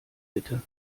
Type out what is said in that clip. bitte